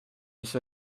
mis